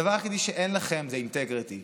הדבר היחיד שאין לכם זה אינטגריטי,